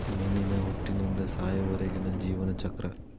ಮೇನಿನ ಹುಟ್ಟಿನಿಂದ ಸಾಯುವರೆಗಿನ ಜೇವನ ಚಕ್ರ